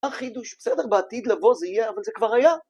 החידוש בסדר, בעתיד לבוא זה יהיה, אבל זה כבר היה.